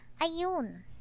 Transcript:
ayun